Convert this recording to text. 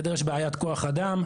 יש בעיית כוח אדם,